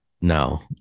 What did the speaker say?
No